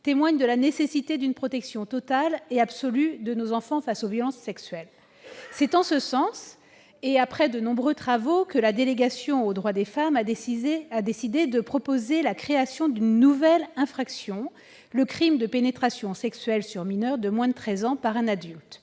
témoignent de la nécessité d'une protection totale et absolue de nos enfants face aux violences sexuelles. C'est en ce sens, et après de nombreux travaux, que la délégation aux droits des femmes a décidé de proposer la création d'une nouvelle infraction : le crime de pénétration sexuelle sur mineur de moins de treize ans par un adulte.